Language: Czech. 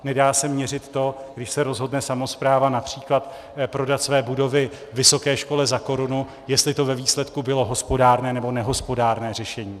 Nedá se měřit to, když se rozhodne samospráva například prodat své budovy vysoké škole za korunu, jestli to ve výsledku bylo hospodárné nebo nehospodárné řešení.